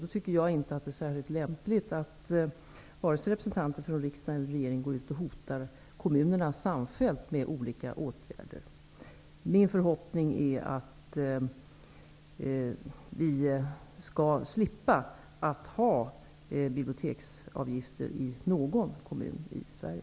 Jag tycker då inte att det är särskilt lämpligt att representanter från vare sig riksdag eller regering går ut och hotar kommunerna samfällt med olika åtgärder. Min förhoppning är att vi skall slippa ha biblioteksavgifter i någon kommun i Sverige.